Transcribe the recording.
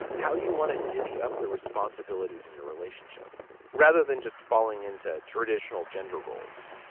how you want to divvy up the responsibilities in your relationship rather than just falling into traditional gender roles